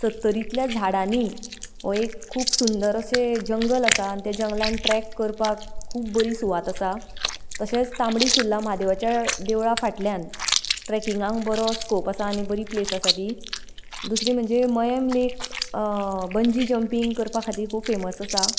सत्तरींतल्या झाडांनी हो एक खूब सुंदर अशें जंगल आसा आनी ते जंगलांत ट्रॅक करपाक खूब बरी सुवात आसा तशेंच तांबडी सुर्ला म्हादेवाचे देवळा फाटल्यान ट्रॅकिंगाक बरो स्कोप आसा आनी बरी प्लेस आसा ती दुसरी म्हणजे मयम लेक बंजी जंपिग करपा खातीर खूब फॅमस आसा